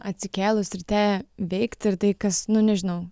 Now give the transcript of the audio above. atsikėlus ryte veikti ir tai kas nu nežinau